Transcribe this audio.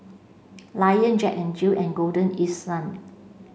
Lion Jack N Jill and Golden East Sun